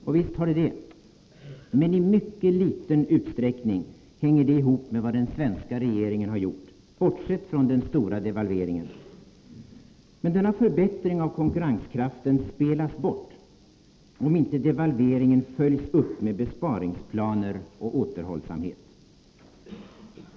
Och visst har det det, men i mycket liten utsträckning hänger detta ihop med vad den svenska regeringen har gjort — bortsett från den stora devalveringen första dagen. Men denna förbättring av konkurrenskraften spelas bort om inte devalveringen följs upp med besparingsplaner och återhållsamhet.